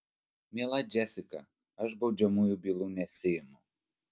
miela džesika aš baudžiamųjų bylų nesiimu